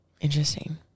Interesting